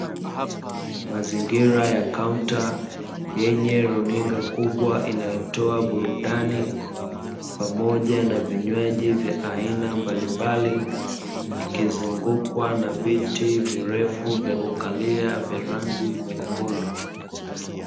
Mazingira ya kaunta yenye runinga kubwa inayotoa burudani, pamoja na vinywaji vya aina mbalimbali ikizungukwa na viti virefu vya kukalia vya rangi nyekundu.